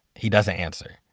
he doesn't answer.